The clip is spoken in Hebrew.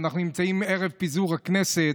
ערב פיזור הכנסת,